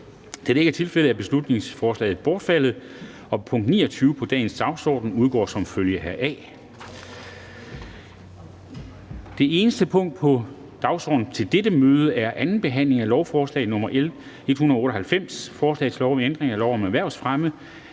det ikke er tilfældet, er beslutningsforslaget bortfaldet, og punkt 29 på dagens dagsorden udgår som følge heraf. --- Det eneste punkt på dagsordenen er: 1) 2. behandling af lovforslag nr. L 198: Forslag til lov om ændring af lov om erhvervsfremme.